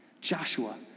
Joshua